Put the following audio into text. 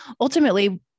ultimately